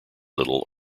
little